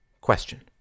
question